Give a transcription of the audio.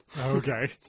Okay